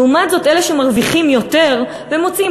לעומת זאת אלה שמרוויחים יותר ומוציאים